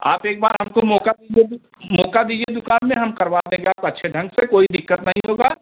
आप एक बार हमको मौक़ा दीजिए कि मौक़ा दीजिए दुकान में हम करवा देंगे आपको अच्छे ढंग से कोई दिक्कत नहीं होगा